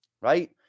right